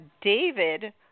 David